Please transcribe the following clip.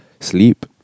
sleep